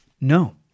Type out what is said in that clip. No